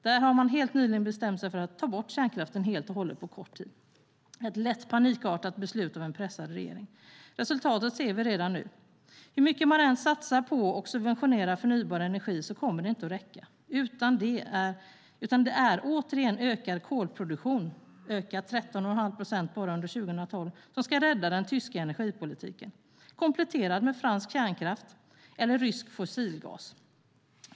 Där har man helt nyligen bestämt sig för att ta bort kärnkraften helt och hållet på kort tid - ett lätt panikartat beslut av en pressad regering. Resultatet ser vi redan nu. Hur mycket man än satsar på och subventionerar förnybar energi kommer det inte att räcka, utan det är återigen ökad kolproduktion - 13,5 procent bara under 2012 - som ska rädda den tyska energipolitiken. Den kompletteras med fransk kärnkraft eller rysk fossilgas.